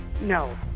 No